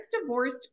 divorced